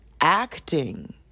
acting